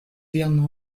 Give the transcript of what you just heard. vian